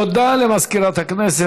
תודה למזכירת הכנסת.